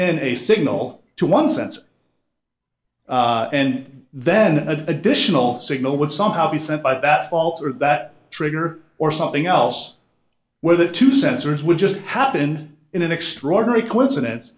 in a signal to one sense and then the additional signal would somehow be sent by that fault or that trigger or something else where the two sensors would just happen in an extraordinary coincidence